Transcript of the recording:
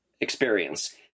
experience